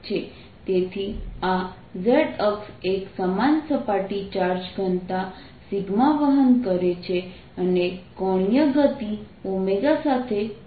તેથી આ z અક્ષ એક સમાન સપાટી ચાર્જ ઘનતા વહન કરે છે અને કોણીય ગતિ સાથે ફરતું હોય છે